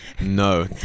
No